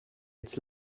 its